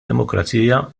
demokrazija